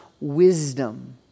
wisdom